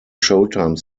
showtime